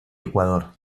ecuador